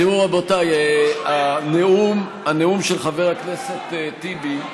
תראו, רבותיי, הנאום של חבר הכנסת טיבי,